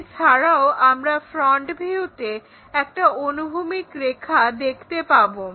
এছাড়াও আমরা ফ্রন্ট ভিউতে একটা অনুভূমিক রেখা দেখতে পাবো